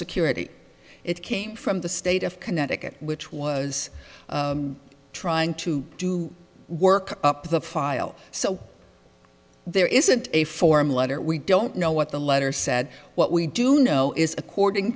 security it came from the state of connecticut which was trying to do work up the file so there isn't a form letter we don't know what the letter said what we do know is according